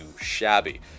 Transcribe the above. shabby